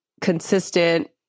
consistent